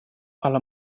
alla